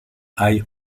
hay